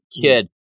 kid